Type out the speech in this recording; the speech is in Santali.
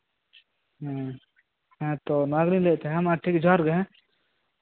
ᱦᱮᱸ ᱚᱱᱟᱜᱤᱧ ᱞᱟᱹᱭᱮᱜ ᱛᱟᱸᱦᱮᱜ ᱢᱟ ᱛᱟᱦᱚᱞᱮ ᱡᱚᱦᱟᱨᱜᱮ